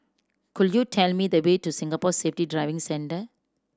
could you tell me the way to Singapore Safety Driving Centre